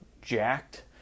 jacked